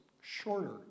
Shorter